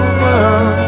world